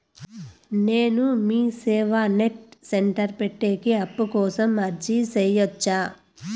నేను MeeSeva net centre పెట్టేకి అప్పు కోసం అర్జీ సేయొచ్చా?